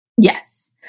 Yes